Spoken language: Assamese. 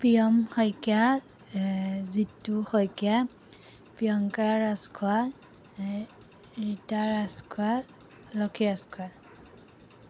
প্ৰিয়ম শইকীয়া জিতু শইকীয়া প্ৰিয়ংকা ৰাজখোৱা ৰিতা ৰাজখোৱা লক্ষী ৰাজখোৱা